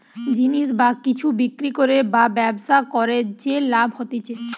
জিনিস বা কিছু বিক্রি করে বা ব্যবসা করে যে লাভ হতিছে